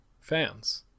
fans